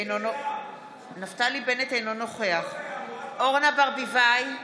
אינו נוכח אורנה ברביבאי,